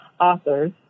authors